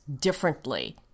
differently